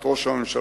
את ראש הממשלה,